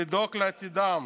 לדאוג לעתידם.